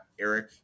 eric